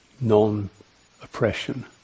non-oppression